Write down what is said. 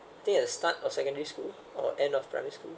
think at start of secondary school or end of primary school